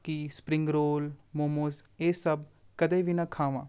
ਕਿ spring roll momos ਇਹ ਸਭ ਕਦੇ ਵੀ ਨਾ ਖਾਵਾਂ